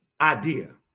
idea